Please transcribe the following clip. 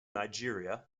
nigeria